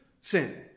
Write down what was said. sin